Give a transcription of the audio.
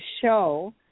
show